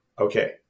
okay